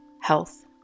health